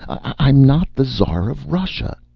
i'm not the tsar of russia.